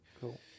cool